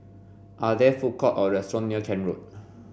are there food courts or restaurants near Kent Road